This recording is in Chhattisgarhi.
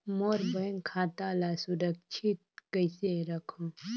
मोर बैंक खाता ला सुरक्षित कइसे रखव?